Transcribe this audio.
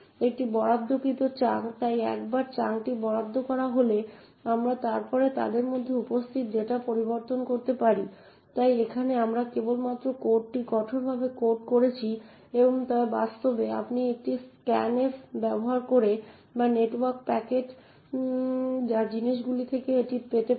একটি বরাদ্দকৃত চাঙ্ক তাই একবার চাঙ্কটি বরাদ্দ করা হলে আমরা তারপরে তাদের মধ্যে উপস্থিত ডেটা পরিবর্তন করতে পারি তাই এখানে আমরা কেবলমাত্র কোডটি কঠোরভাবে কোড করেছি তবে বাস্তবে আপনি একটি স্ক্যানফ ব্যবহার করে বা নেটওয়ার্ক প্যাকেট বা জিনিসগুলি থেকে এটি পেতে পারেন